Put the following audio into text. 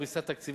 פריסה תקציבית.